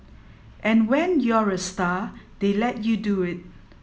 and when you're a star they let you do it